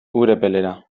urepelera